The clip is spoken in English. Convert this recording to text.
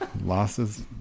Losses